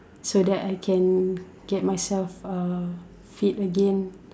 so that I can get myself uh fit again